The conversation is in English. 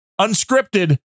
unscripted